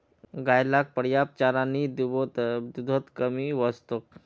गाय लाक पर्याप्त चारा नइ दीबो त दूधत कमी वस तोक